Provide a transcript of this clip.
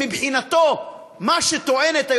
שמבחינתו מה שטוענת,